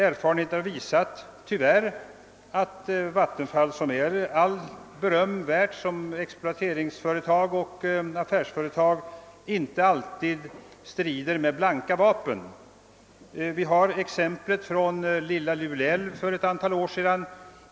Erfarenheten har tyvärr visat att Vattenfall, som är allt beröm värt som exploateringsföretag och affärsföretag, inte alltid strider med blanka vapen. Vi kan ta exempel från Lilla Lule älv för ett antal år sedan.